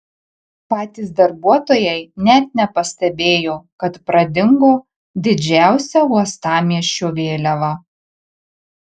patys darbuotojai net nepastebėjo kad pradingo didžiausia uostamiesčio vėliava